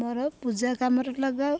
ମୋର ପୂଜା କାମରେ ଲଗାଏ